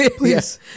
Yes